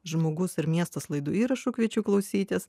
žmogus ir miestas laidų įrašų kviečiu klausytis